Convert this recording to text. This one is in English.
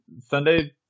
Sunday